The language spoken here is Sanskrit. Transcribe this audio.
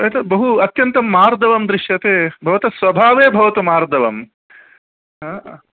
एतत् बहु अत्यन्तं मार्दवं दृश्यते भवतः स्वभावे भवतु मार्दवम् हा ह